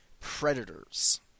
predators